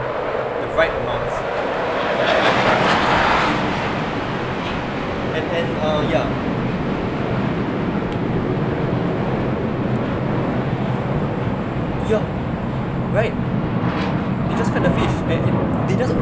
right amounts and and uh ya ya right they just cut the fish and and they just